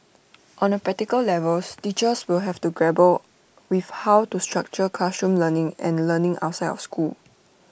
on A practical levels teachers will have to grapple with how to structure classroom learning and learning outside of school